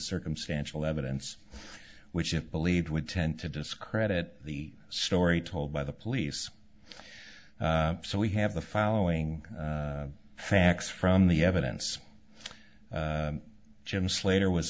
circumstantial evidence which it believed would tend to discredit the story told by the police so we have the following facts from the evidence jim slater was